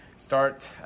start